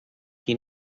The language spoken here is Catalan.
qui